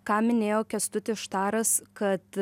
ką minėjo kęstutis štaras kad